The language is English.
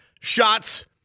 shots